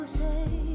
say